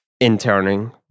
interning